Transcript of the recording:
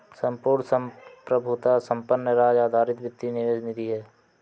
संपूर्ण संप्रभुता संपन्न राज्य आधारित वित्तीय निवेश निधि है